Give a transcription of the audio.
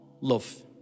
love